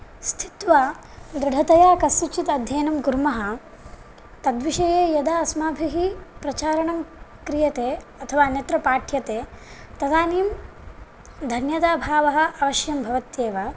स्थित्वा दृढतया कस्यचित् अध्ययनं कुर्मः तद्विषये यदा अस्माभिः प्रचारणं क्रियते अथवा अन्यत्र पाठ्यते तदानीं धन्यताभावः अवश्यं भवत्येव